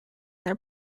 their